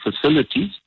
facilities